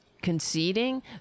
conceding